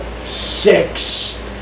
six